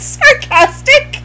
sarcastic